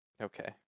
Okay